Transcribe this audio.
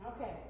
Okay